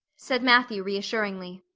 said matthew reassuringly.